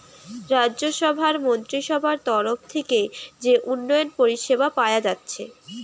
রাজ্যসভার মন্ত্রীসভার তরফ থিকে যে উন্নয়ন পরিষেবা পায়া যাচ্ছে